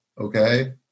okay